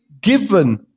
given